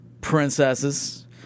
princesses